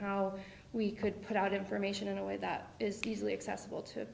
how we could put out information in a way that is easily accessible to